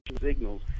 signals